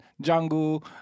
jungle